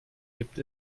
gibt